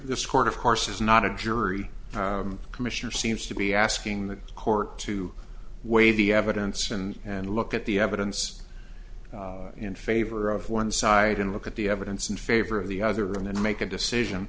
this court of course is not a jury commissioner seems to be asking the court to weigh the evidence and and look at the evidence in favor of one side and look at the evidence in favor of the other and then make a decision